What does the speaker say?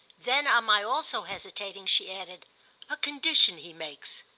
then on my also hesitating she added a condition he makes.